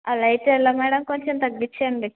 అలా అయితే ఎలా మేడం కొంచెం తగ్గించండి